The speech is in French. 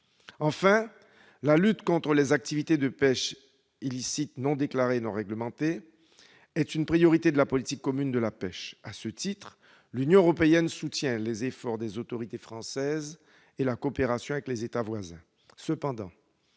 Enfin, la lutte contre les activités de pêche illicite, non déclarée et non réglementée est une priorité de la politique commune de la pêche. À ce titre, l'Union européenne soutient les efforts des autorités françaises et la coopération avec les États voisins.